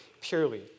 purely